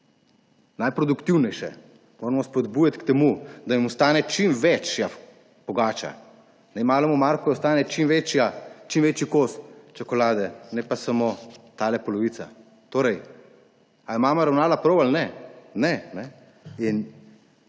Najproduktivnejše moramo spodbujati k temu, da jim ostane čim večja pogača. Naj malemu Marku ostane čim večji kos čokolade, ne pa samo ta polovica. A je mama ravnala prav? Ne.